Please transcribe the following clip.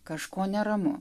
kažko neramu